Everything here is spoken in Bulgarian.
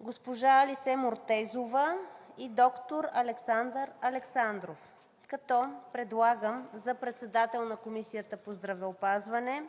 госпожа Алисе Муртезова и доктор Александър Александров, като предлагам за председател на Комисията по здравеопазване